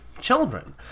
children